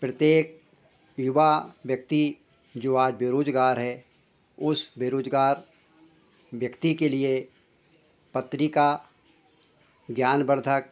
प्रत्येक युवा व्यक्ति जो आज बेरोज़गार है उस बेरोज़गार व्यक्ति के लिए पत्रिका ज्ञानवर्धक